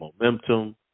momentum